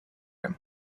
him